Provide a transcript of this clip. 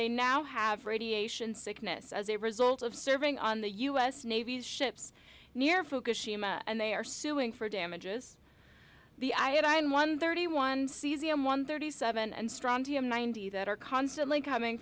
they now have radiation sickness as a result of serving on the u s navy's ships near fukushima and they are suing for damages the i am one thirty one cesium one thirty seven and strontium ninety that are constantly coming